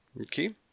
Okay